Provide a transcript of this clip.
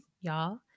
y'all